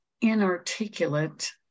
inarticulate